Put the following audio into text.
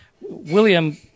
William